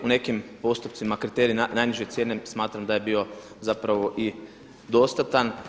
U nekim postupcima kriterij najniže cijene smatram da je bio zapravo i dostatan.